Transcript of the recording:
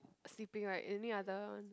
sleeping right any other one